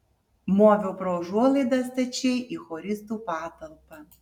moviau pro užuolaidą stačiai į choristų patalpą